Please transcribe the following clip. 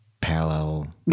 parallel